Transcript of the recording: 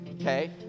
okay